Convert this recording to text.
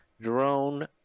drone